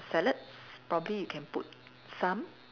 salads probably you can put some